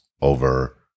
over